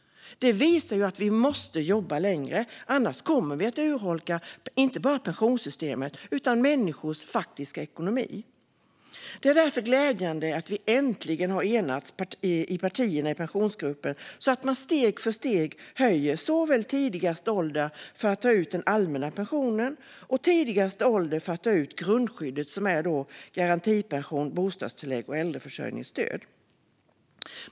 Detta visar att vi måste jobba längre, annars kommer vi att urholka inte bara pensionssystemet utan människors faktiska ekonomi. Det är därför glädjande att vi äntligen har enats i partierna i Pensionsgruppen, så att man steg för steg höjer såväl den tidigaste åldern för att ta ut den allmänna pensionen som den tidigaste åldern för att ta ut grundskyddet, alltså garantipension, bostadstillägg och äldreförsörjningsstöd.